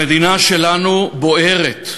המדינה שלנו בוערת,